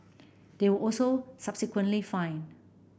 they were also subsequently fined